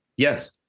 Yes